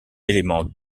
élément